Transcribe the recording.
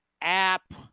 app